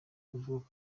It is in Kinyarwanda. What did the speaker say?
bavuga